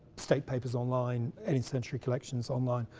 state papers, online eighteenth century collections online,